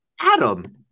Adam